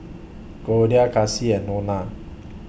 Goldia Kassie and Nona